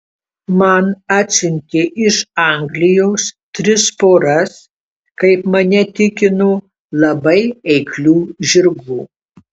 man atsiuntė iš anglijos tris poras kaip mane tikino labai eiklių žirgų